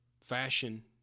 fashion